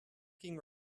ranking